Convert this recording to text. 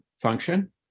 function